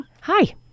Hi